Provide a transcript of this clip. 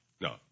No